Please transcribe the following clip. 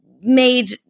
made